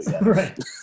right